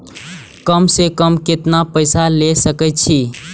कम से कम केतना पैसा ले सके छी?